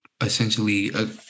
essentially